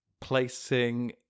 placing